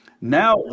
Now